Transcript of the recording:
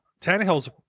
Tannehill's